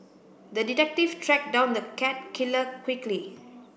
the detective tracked down the cat killer quickly